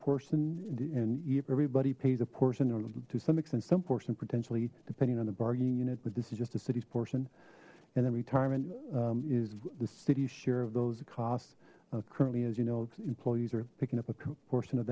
person and everybody pays a portion or to some extent some portion potentially depending on the bargaining unit but this is just a city's portion and then retirement is the city's share of those costs of currently as you know employees are picking up a portion of